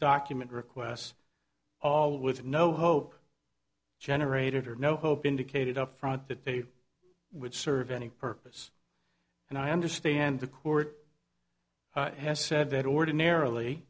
document requests all with no hope generated or no hope indicated up front that they would serve any purpose and i understand the court has said that ordinarily